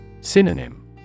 Synonym